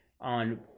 on